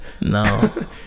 No